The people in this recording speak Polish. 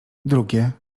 drugie